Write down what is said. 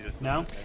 No